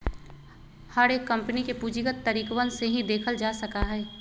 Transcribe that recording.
हर एक कम्पनी के पूंजीगत तरीकवन से ही देखल जा सका हई